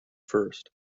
first